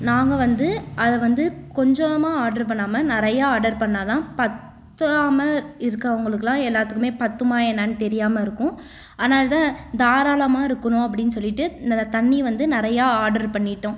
நாங்கள் வந்து அதை வந்து கொஞ்சோம ஆர்டெர் பண்ணாமல் நிறையா ஆர்டெர் பண்ணால்தான் பத்தாமா இருக்கிறவங்களுக்கலாம் எல்லாத்துக்குமே பார்த்தும்மா என்னெனு தெரியாமல் இருக்கும் அதனால்தான் தாராளமாக இருக்கணும் அப்படினு சொல்லிட்டு ந தண்ணி வந்து நிறைய ஆர்டெர் பண்ணிட்டோம்